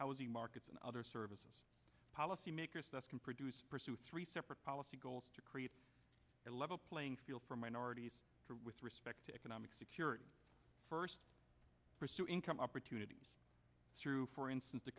housing markets and other services policy makers thus can produce pursue three separate policy goals to create a level playing field for minorities with respect to economic security first pursue income opportunities through for instance